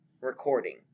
recording